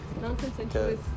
Non-consensual